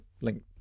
link